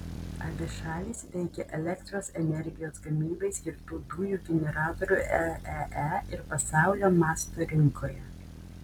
abi šalys veikia elektros energijos gamybai skirtų dujų generatorių eee ir pasaulio masto rinkoje